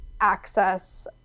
access